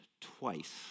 twice